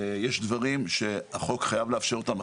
יש דברים שהחוק חייב לאפשר אותן,